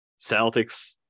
Celtics